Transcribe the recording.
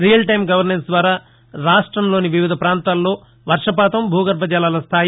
real-time governance ద్వారా రాష్ట్రంలోని వివిధ ప్రాంతాల్లోని వర్షపాతం భూగర్భ జలాల స్దాయి